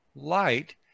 light